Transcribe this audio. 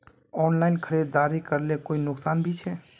Online खरीदारी करले कोई नुकसान भी छे?